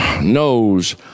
knows